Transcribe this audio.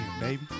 baby